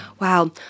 Wow